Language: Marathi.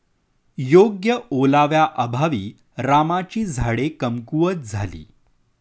योग्य ओलाव्याअभावी रामाची झाडे कमकुवत झाली